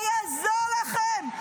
לא יעזור לכם.